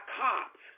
cops